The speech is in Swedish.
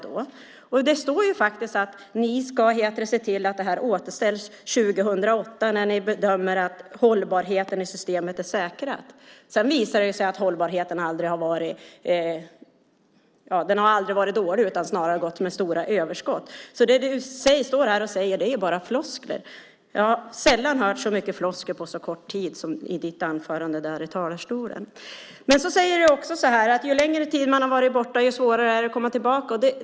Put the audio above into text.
Det står faktiskt att ni ska se till att det här återställs 2008 när ni bedömer att hållbarheten i systemet är säkrad. Sedan visar det sig att hållbarheten aldrig har varit dålig utan snarare gått med stora överskott. Det du står här och säger är bara floskler. Jag har sällan hört så mycket floskler på så kort tid som i ditt anförande i talarstolen. Sedan säger du att ju längre tid man har varit borta, desto svårare är det att komma tillbaka.